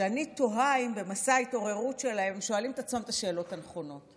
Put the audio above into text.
שאני תוהה אם במסע ההתעוררות שלהם הם שואלים את עצמם את השאלות הנכונות.